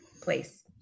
place